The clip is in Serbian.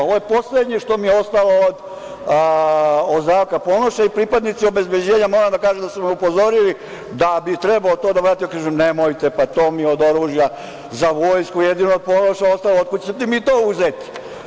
Ovo je poslednji što je ostao od Zdravka Ponoša i pripadnici obezbeđenja, moram da kažem, da su me upozorili da bi trebalo to da vratim, a ja sam rekao - nemojte, to mi je od oružja za vojsku, jedino što je od Ponoša ostalo, nemojte mi to uzeti.